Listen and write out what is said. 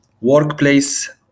workplace